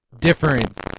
different